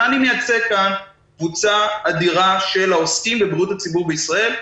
אלא אני מייצג כאן קבוצה אדירה של העוסקים בבריאות הציבור בישראל,